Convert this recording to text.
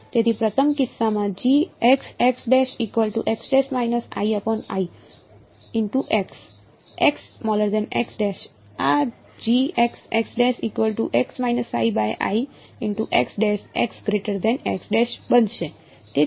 તેથી પ્રથમ કિસ્સામાં આ બનશે